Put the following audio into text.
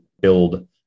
build